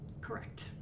Correct